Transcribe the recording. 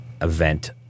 event